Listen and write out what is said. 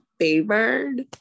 favored